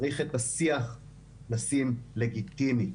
צריך את השיח לשים לגיטימי.